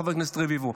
חבר הכנסת רביבו,